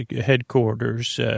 headquarters